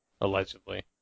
allegedly